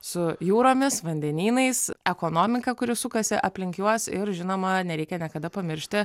su jūromis vandenynais ekonomika kuri sukasi aplink juos ir žinoma nereikia niekada pamiršti